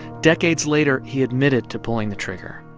decades later, he admitted to pulling the trigger.